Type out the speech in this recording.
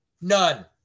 None